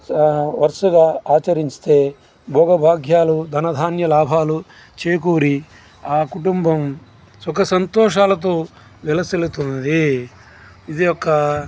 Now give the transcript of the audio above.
వరసగా ఆచరిస్తే భోగభాగ్యాలు ధన ధాన్య లాభాలు చేకూరి ఆ కుటుంబం సుఖ సంతోషాలతో వెలసిల్లుతుంది ఇది ఒక